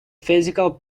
physical